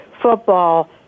Football